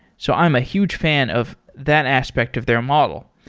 so i'm a huge fan of that aspect of their model.